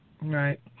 right